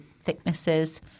thicknesses